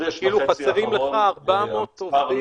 כאילו חסרים לך 400 עובדים.